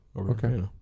Okay